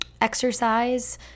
exercise